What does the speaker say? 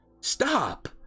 Stop